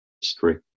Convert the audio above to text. history